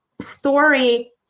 story